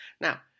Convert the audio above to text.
Now